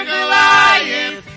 Goliath